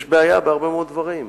יש בעיה בהרבה מאוד דברים.